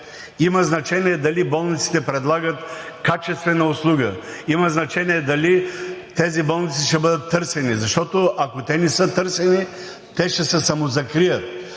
Има значение дали болниците предлагат качествена услуга, има значение дали тези болници ще бъдат търсени, защото ако те не са търсени, те ще се самозакрият.